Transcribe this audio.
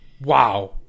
Wow